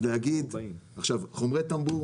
חומרי טמבור,